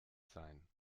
sein